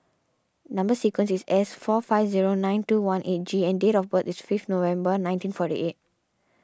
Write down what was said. Number Sequence is S four five zero nine two one eight G and date of birth is fifth November nineteen forty eight